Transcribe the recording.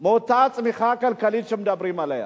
מאותה צמיחה כלכלית שמדברים עליה.